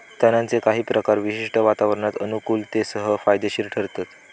तणांचे काही प्रकार विशिष्ट वातावरणात अनुकुलतेसह फायदेशिर ठरतत